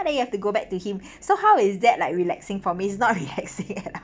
then you have to go back to him so how is that like relaxing for me it's not relaxing at all